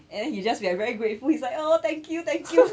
and then he just be like very grateful he's like oh thank you thank you